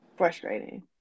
frustrating